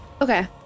Okay